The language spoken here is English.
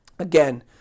Again